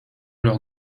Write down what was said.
leur